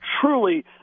truly